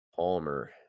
Palmer